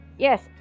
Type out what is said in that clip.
Yes